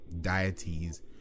deities